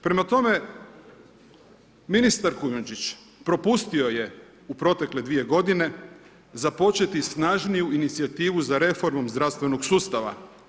Prema tome, ministar Kujundžić propustio je u protekle 2. godine započeti snažniju inicijativu za reformom zdravstvenog sustava.